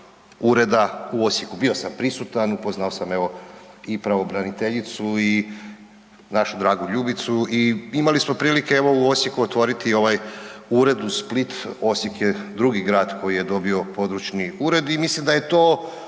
u Osijeku. Bio sam prisutan, upoznao sam evo i pravobraniteljicu i našu dragu Ljubicu i imali smo prilike evo u Osijeku otvoriti ovaj ured, uz Split Osijek je drugi grad koji je dobio područni ured. I mislim da je to